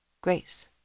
grace